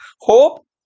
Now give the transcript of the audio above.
hope